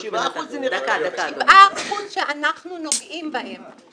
7% שאנחנו נוגעים בהם.